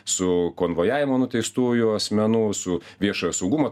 su konvojavimu nuteistųjų asmenų su viešojo saugumo